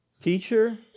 Teacher